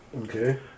Okay